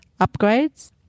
upgrades